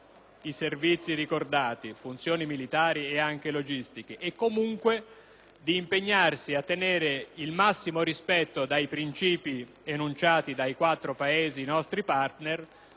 i servizi ricordati (funzioni militari e anche logistiche), sia comunque di impegnarsi a mantenere il massimo rispetto dei principi enunciati dai quattro Paesi nostri partners